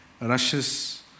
rushes